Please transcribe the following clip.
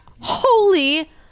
Holy